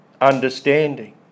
understanding